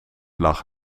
lag